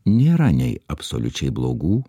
nėra nei absoliučiai blogų